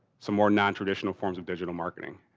some more non-traditional forms of digital marketing.